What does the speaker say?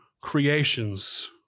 creations